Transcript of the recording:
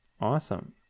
Awesome